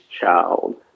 child